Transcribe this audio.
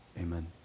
Amen